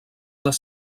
les